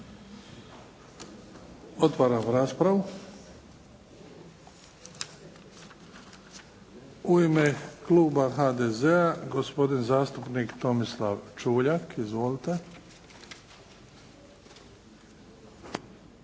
Otvaram raspravu. U ime Kluba HDZ-a, gospodin zastupnik Tomislav Čuljak. Izvolite.